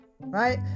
right